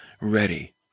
ready